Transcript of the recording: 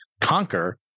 conquer